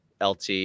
LT